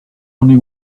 only